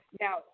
now